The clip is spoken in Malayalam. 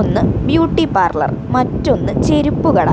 ഒന്ന് ബ്യൂട്ടി പാർലർ മറ്റൊന്ന് ചെരുപ്പ് കട